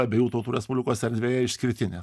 abiejų tautų respublikos erdvėj išskirtinė